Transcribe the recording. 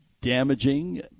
damaging